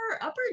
upper